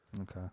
Okay